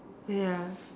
ya